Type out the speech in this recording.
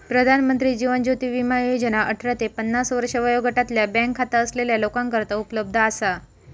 प्रधानमंत्री जीवन ज्योती विमा योजना अठरा ते पन्नास वर्षे वयोगटातल्या बँक खाता असलेल्या लोकांकरता उपलब्ध असा